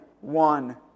one